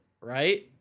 right